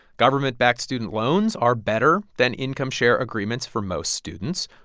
government-backed student loans are better than income-share agreements for most students.